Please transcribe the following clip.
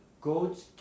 goats